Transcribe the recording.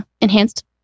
enhanced